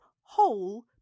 whole